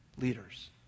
leaders